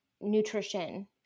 nutrition